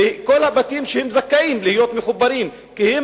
וכל הבתים שזכאים להיות מחוברים כי הם